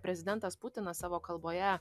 prezidentas putinas savo kalboje